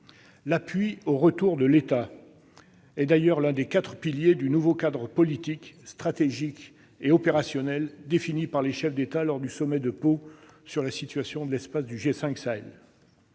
L'appui au retour de l'État » est d'ailleurs l'un des quatre piliers du nouveau cadre politique, stratégique et opérationnel défini par les chefs d'État lors du sommet de Pau sur la situation dans l'espace du G5 Sahel.